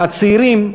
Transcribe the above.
הצעירים,